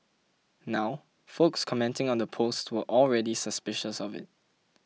now folks commenting on the post were already suspicious of it